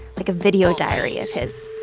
like, a video diary of his